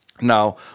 Now